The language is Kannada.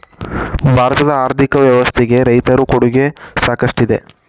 ಭಾರತದ ಆರ್ಥಿಕ ವ್ಯವಸ್ಥೆಗೆ ರೈತರ ಕೊಡುಗೆ ಸಾಕಷ್ಟಿದೆ